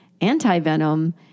anti-venom